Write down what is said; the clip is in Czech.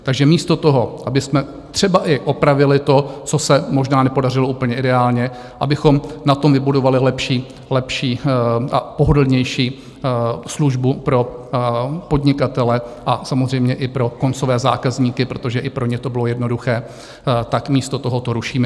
Takže místo toho, abychom třeba i opravili to, co se možná nepodařilo úplně ideálně, abychom na tom vybudovali lepší a pohodlnější službu pro podnikatele a samozřejmě i pro koncové zákazníky, protože i pro ně to bylo jednoduché, tak místo toho to rušíme.